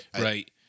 Right